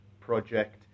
project